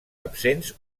absents